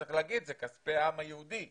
צריך לומר שאלה כספי העם היהודי,